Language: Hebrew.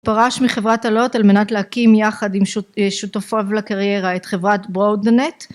פרש מחברת Allot על מנת להקים יחד עם שותפיו לקריירה את חברת Broadnet.